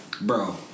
bro